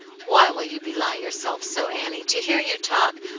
why will you belie yourself so, annie? to hear you talk,